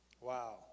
Wow